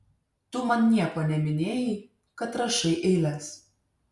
tu man nieko neminėjai kad rašai eiles